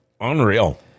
Unreal